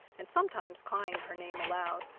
and sometimes crying her name aloud,